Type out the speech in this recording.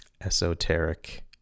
esoteric